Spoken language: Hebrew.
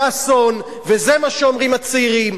וזה מה שאומרים הצעירים.